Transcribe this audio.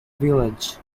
village